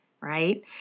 Right